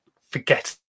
Forget